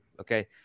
Okay